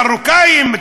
מרוקאים?